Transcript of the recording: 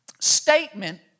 statement